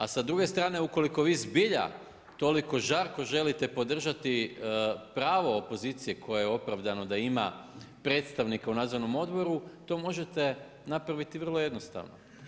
A s druge strane ukoliko vi zbilja toliko žarko želite podržati pravo opozicije, koje je opravdano da ima predstavnika u nadzornom odboru, to možete napraviti vrlo jednostavno.